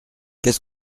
qu’est